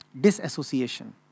disassociation